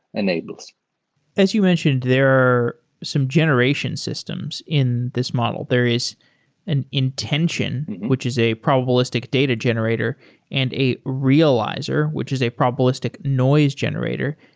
enables as you mentioned, there are some generation systems in this model. there is an intention, which is a probabilistic data generator and a realizer, which is a probabilistic noise generator.